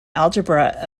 algebra